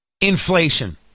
Inflation